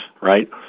right